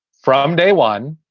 from day one,